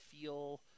feel